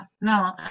no